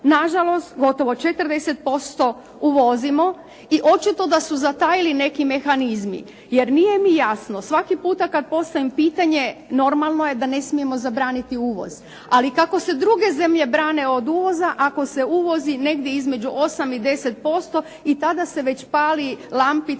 Na žalost, gotovo 40% uvozimo i očito da su zatajili neki mehanizmi, jer nije mi jasno svaki puta kad postavim pitanje normalno je da ne smijemo zabraniti uvoz. Ali kako se druge zemlje brane od uvoza ako se uvozi negdje između osam i deset posto i tada se već pali lampice